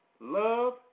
love